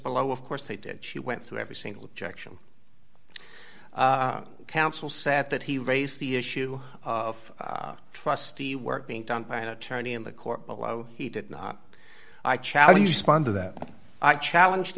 below of course they did she went through every single objection counsel said that he raised the issue of trust the work being done by an attorney in the court below he did not i challenge